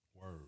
Word